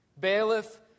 Bailiff